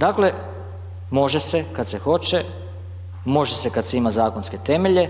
Dakle, može se kad se hoće, može se kad se ima zakonske temelje,